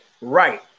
Right